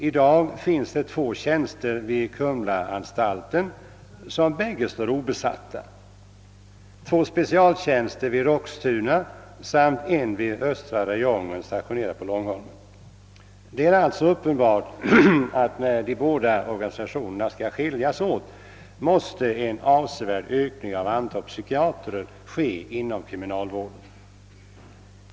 I dag finns det två tjänster vid kumlaanstalten — vilka båda står obesatta — två specialtjänster vid Roxtuna samt en vid östra räjongen, stationerad på Långholmen. Det är alltså uppenbart att en avsevärd ökning av antalet psykiatrer måste företas inom kriminalvården när de båda organisationerna skall skiljas åt.